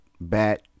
Bat